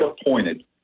appointed